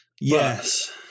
Yes